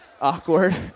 awkward